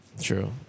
True